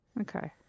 Okay